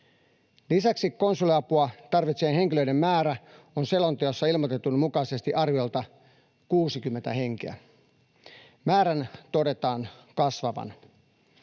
Lisäksi konsuliapua tarvitsevien henkilöiden määrä on selonteossa ilmoitetun mukaisesti arviolta 60 henkeä. Määrän todetaan kasvavan.